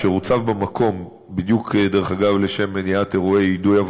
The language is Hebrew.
אשר הוצב במקום לשם מניעת אירועי יידוי אבנים,